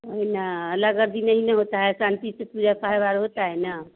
वही न नहीं न होता है शांति से पूजा होता है न